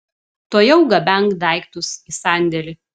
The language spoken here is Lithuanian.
tuojau gabenk daiktus į sandėlį